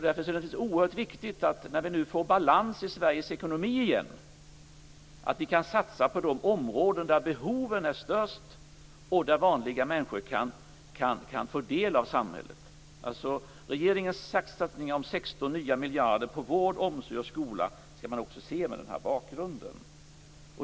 Därför är det naturligtvis oerhört viktigt, när vi när nu får balans i Sveriges ekonomi igen, att vi kan satsa på de områden där behoven är störst och där vanliga människor kan få del av samhället. Regeringens satsningar på 16 nya miljarder till vård, omsorg och skola skall man också se mot den här bakgrunden.